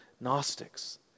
Gnostics